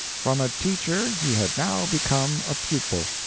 from a teacher he had now become a pupil.